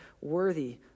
worthy